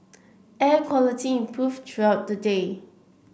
air quality improved throughout the day